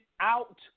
out